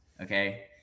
Okay